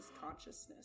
consciousness